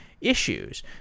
issues